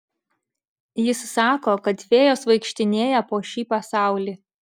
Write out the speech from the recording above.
jis sako kad fėjos vaikštinėja po šį pasaulį